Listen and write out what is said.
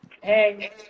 Hey